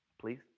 please